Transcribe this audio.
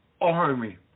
army